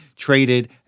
Traded